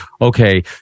okay